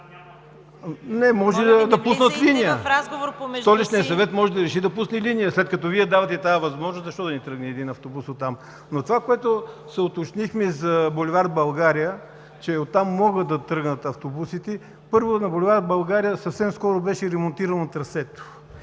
си. АЛЕКСАНДЪР ПАУНОВ: Столичният съвет може да реши да пусне линия, след като Вие давате тази възможност, защо да не тръгне един автобус от там? Това, което се уточнихме за булевард „България“, че от там могат да тръгнат автобусите, първо, на булевард „България“ съвсем скоро беше демонтирано трасето.